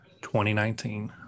2019